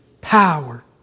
power